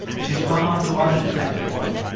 she's gone on to other detective work.